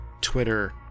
Twitter